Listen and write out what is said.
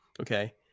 Okay